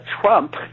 Trump